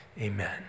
Amen